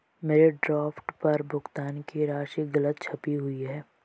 मेरे ड्राफ्ट पर भुगतान की राशि गलत छपी हुई है